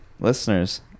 listeners